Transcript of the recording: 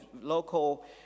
local